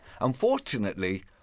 Unfortunately